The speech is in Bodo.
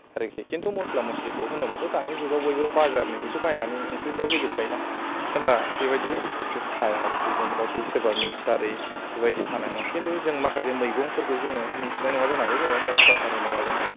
आरोखि किन्तु मसला मसलिखौ होनोबाथ' दानि जुगाव बयबो बाजारनिखौसो बायनानै ओंख्रिफोराव होजोबखायोना होमबा बेबादि बुस्तु थाया आरोखि जेनबाखि सोरबा मिन्थिथारै बेबायदि थानाय नङा किन्तु जों माखासे मैगंफोरखौ जोङो मिन्थिनाय नङा जानो हागौ जेनबा मसला थारुन ना मा जोंहा